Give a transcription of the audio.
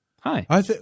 Hi